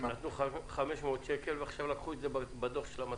נתנו 500 שקל ועכשיו לקחו את זה בדוח של המסכה?